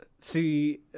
See